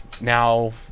now